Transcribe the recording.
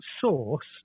source